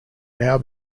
now